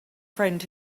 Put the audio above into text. friend